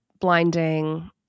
blinding